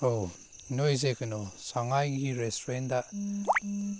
ꯑꯧ ꯅꯣꯏꯁꯦ ꯀꯩꯅꯣ ꯁꯉꯥꯏꯒꯤ ꯔꯦꯁꯇꯨꯔꯦꯟꯗ